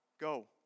go